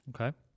Okay